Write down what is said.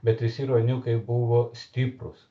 bet visi ruoniukai buvo stiprūs